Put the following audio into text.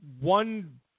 one